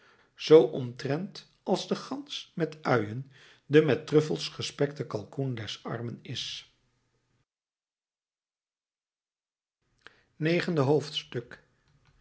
zoo omtrent als de gans met uien de met truffels gespekte kalkoen des armen is negende hoofdstuk